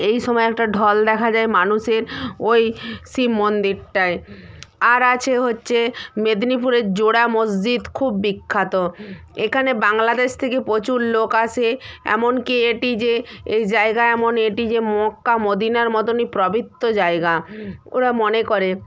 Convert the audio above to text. এই সময় একটা ঢল দেখা যায় মানুষের ওই শিব মন্দিরটায় আর আছে হহচ্ছে মেদিনীপুরের জোড়া মসজিদ খুব বিখ্যাত এখানে বাংলাদেশ থেকে প্রচুর লোক আসে এমনকি এটি যে এই জায়গা এমন এটি যে মক্কা মদিনার মতনই পবিত্র জায়গা ওরা মনে করে